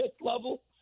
level